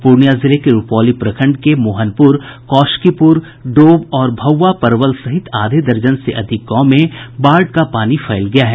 पूर्णिया जिले के रूपौली प्रखंड के मोहनपुर कौशकीपुर डोभ और भाऊआ परवल सहित आधे दर्जन से अधिक गांव में बाढ़ का पानी फैल गया है